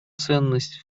ценность